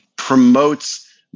promotes